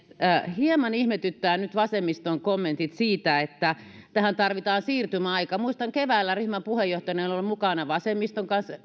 hieman ihmetyttävät nyt vasemmiston kommentit siitä että tähän tarvitaan siirtymäaika muistan miten keväällä ryhmän puheenjohtajana olin mukana